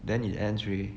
then it ends already